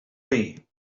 veí